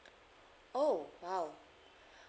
oh !wow!